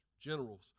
generals